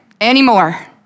anymore